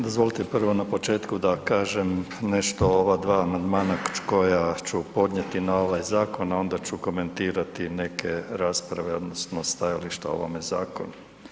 Dozvolite prvo na početku da kažem nešto o ova dva amandmana koja ću podnijeti na ovaj zakon, a onda ću komentirati neke rasprave odnosno stajališta o ovome zakonu.